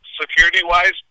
Security-wise